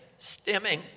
stimming